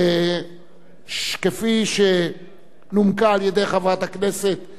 כפי שנומקה על-ידי חברת הכנסת חנין זועבי